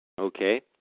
Okay